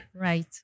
Right